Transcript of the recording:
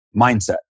mindset